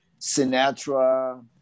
Sinatra